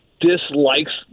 dislikes